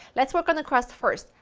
let's work on the crust first,